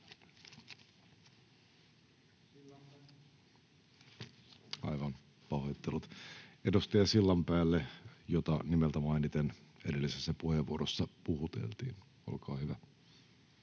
vastauspuheenvuoron edustaja Sillanpäälle, jota nimeltä mainiten edellisessä puheenvuorossa puhuteltiin. — Olkaa hyvä.